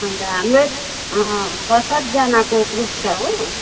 अन्त हाम्रो छ सातजानाको ग्रुप छ हो